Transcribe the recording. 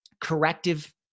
corrective